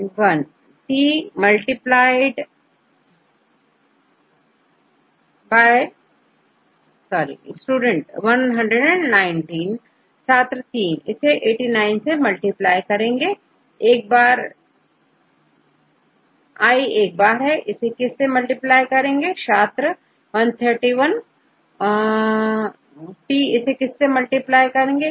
and 1 T multiplied by Student 119छात्र 3 इसे89 से मल्टीप्लाई करेंगे Iएक बार है इसे किस से मल्टीप्लाई करेंगे छात्र 131T इसे 119 से मल्टिप्लाई करेंगे